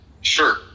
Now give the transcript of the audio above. Sure